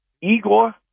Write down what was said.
Igor